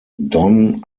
don